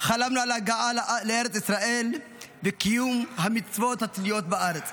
חלמנו על הגעה לארץ ישראל וקיום המצוות התלויות בארץ.